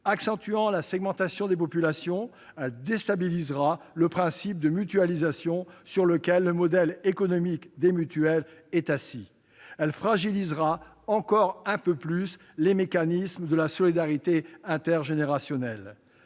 accentuant la segmentation des populations, elle déstabilisera le principe de mutualisation, sur lequel le modèle économique des mutuelles est assis. Elle fragilisera encore un peu plus les mécanismes de la solidarité intergénérationnelle.